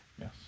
Yes